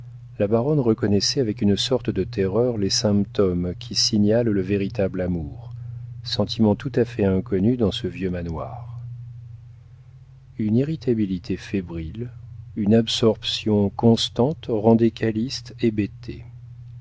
la baronne reconnaissait avec une sorte de terreur les symptômes qui signalent le véritable amour sentiment tout à fait inconnu dans ce vieux manoir une irritabilité fébrile une absorption constante rendaient calyste hébété